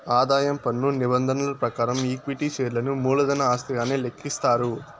ఆదాయం పన్ను నిబంధనల ప్రకారం ఈక్విటీ షేర్లను మూలధన ఆస్తిగానే లెక్కిస్తారు